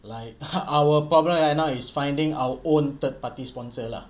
like our problem right now is finding our own third party sponsor lah